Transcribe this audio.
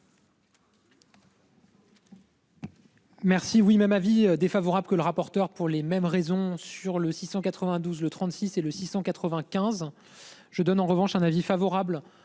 Merci oui. Même avis défavorable que le rapporteur pour les mêmes raisons sur le 692 le 36 et le 695. Je donne en revanche un avis favorable